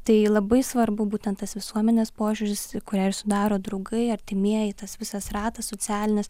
tai labai svarbu būtent tas visuomenės požiūris į kurią ir sudaro draugai artimieji tas visas ratas socialinis